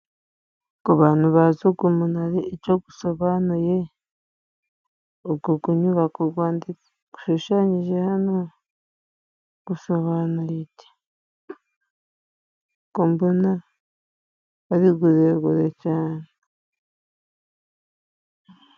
Ku bantu bazi ugu munara ico gusobanuye ugu nyubako gushushanyije hano gusobanuye iki? ko mbona ari guregure cyane.